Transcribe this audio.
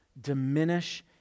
diminish